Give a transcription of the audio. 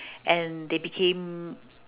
and they became